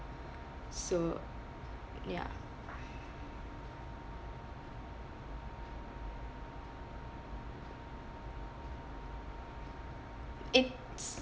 so ya it's